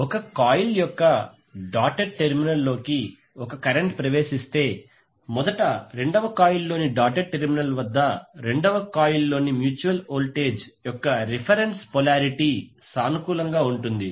ఒక కాయిల్ యొక్క డాటెడ్ టెర్మినల్లోకి ఒక కరెంట్ ప్రవేశిస్తే మొదట రెండవ కాయిల్లోని డాటెడ్ టెర్మినల్ వద్ద రెండవ కాయిల్లోని మ్యూచువల్ వోల్టేజ్ యొక్క రిఫరెన్స్ పొలారిటీ సానుకూలంగా ఉంటుంది